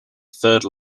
third